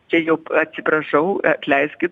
čia jau atsiprašau atleiskit